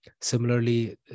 Similarly